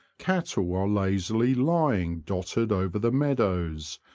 cattle are lazily lying dotted over the meadows,